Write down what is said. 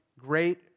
great